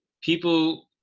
people